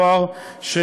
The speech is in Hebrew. הצעת חוק הדואר (תיקון,